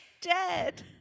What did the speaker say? dead